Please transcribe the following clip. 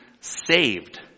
saved